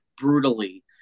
brutally